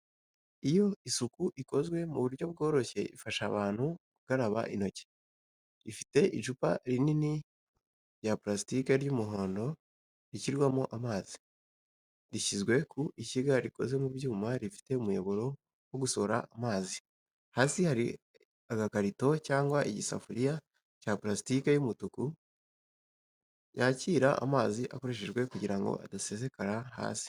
Iyo isuku ikozwe mu buryo bworoshye ifasha abantu gukaraba intoki. Ifite icupa rinini rya parasitike ry’umuhondo, rishyirwamo amazi. Rishyizwe ku ishyiga rikoze mu byuma rifite umuyoboro wo gusohora amazi. Hasi hari agakarito cyangwa igisafuriya cya parasitiki y’umutuku yakira amazi akoreshejwe kugira ngo adasesekara hasi.